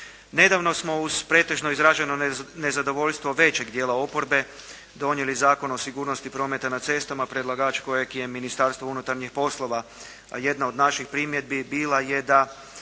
Nedavno smo uz pretežno izraženo nezadovoljstvo većeg dijela oporbe donijeli Zakon o sigurnosti prometa na cestama, predlagač kojeg je Ministarstvo unutarnjih poslova, a jedna od naših primjedbi bila je da